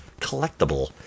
collectible